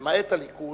למעט הליכוד,